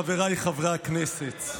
חבריי חברי הכנסת,